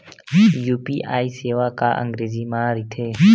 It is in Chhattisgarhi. यू.पी.आई सेवा का अंग्रेजी मा रहीथे?